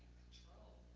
control